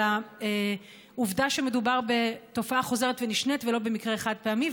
על העובדה שמדובר בתופעה חוזרת ונשנית ולא במקרה חד-פעמי,